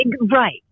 Right